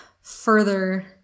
further